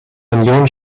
union